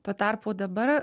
tuo tarpu dabar